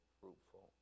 fruitful